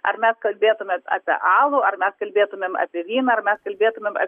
ar mes kalbėtumėm apie alų arba kalbėtumėm apie vyną ar mes kalbėtumėm a